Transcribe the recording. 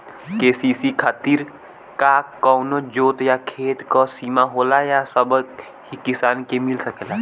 KCC खातिर का कवनो जोत या खेत क सिमा होला या सबही किसान के मिल सकेला?